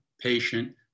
patient